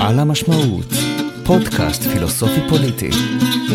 על המשמעות פודקאסט פילוסופי פוליטי.